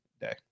day